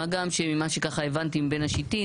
מה גם שממה שהבנתי מבין השיטין,